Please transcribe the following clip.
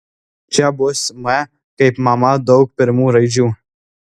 čia bus m kaip mama daug pirmų raidžių